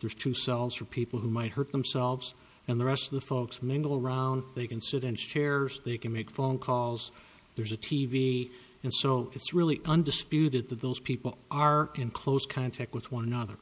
there's two cells for people who might hurt themselves and the rest of the folks mingle around they can sit in chairs they can make phone calls there's a t v and so it's really undisputed that those people are in close contact with one another